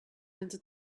into